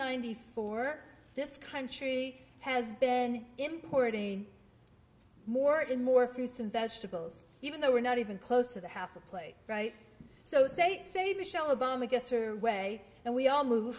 ninety four this country has been importing more and more fruits and vegetables even though we're not even close to the half a plate right so say it's a big show obama gets her way and we all move